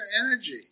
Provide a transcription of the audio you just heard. energy